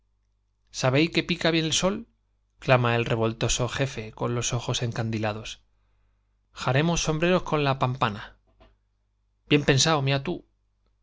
sabei que pica bien el sol clama el revoltoso jefe con los ojos encandilados jarenios sombreros con las pámpanas bien pensao miá tú